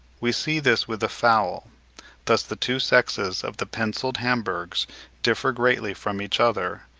we see this with the fowl thus the two sexes of the pencilled hamburghs differ greatly from each other,